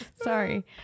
sorry